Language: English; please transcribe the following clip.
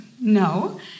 No